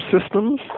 systems